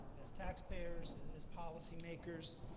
as taxpayers, and as policymakers.